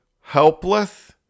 helpless